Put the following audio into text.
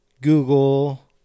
Google